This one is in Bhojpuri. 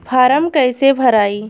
फारम कईसे भराई?